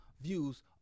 views